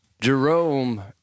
Jerome